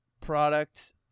product